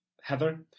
Heather